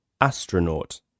astronaut